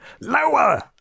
Lower